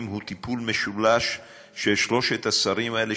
הוא טיפול משולש של שלושת השרים האלה,